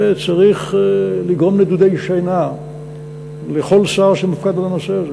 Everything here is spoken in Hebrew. זה צריך לגרום נדודי שינה לכל שר שמופקד על הנושא הזה.